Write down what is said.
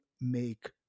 make